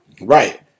Right